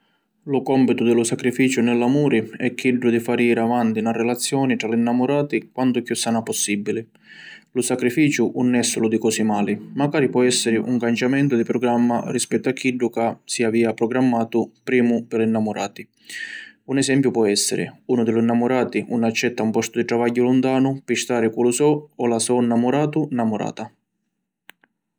Lu compitu di lu sacrificiu ni l’amuri è chiddu di fari jiri avanti na relazioni tra li nnamurati, quantu chiù sana possibili. Lu sacrificiu ‘un è sulu di cosi mali, macari pò essiri un cangiamentu di programma rispettu a chiddu ca si avìa programmatu primu pi li nnamurati. Un esempiu pò essiri: Unu di li nnamurati ‘un accetta un postu di travagghiu luntanu, pi stari cu lu so o la so nnammuratu/nnamurata.